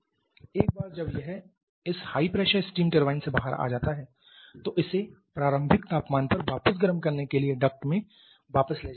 एक बार जब यह इस हाई प्रेशर स्टीम टरबाइन से बाहर आ जाता है तो इसे प्रारंभिक तापमान पर वापस गर्म करने के लिए डक्ट में वापस ले जाया जा सकता है